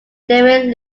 david